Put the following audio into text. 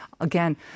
again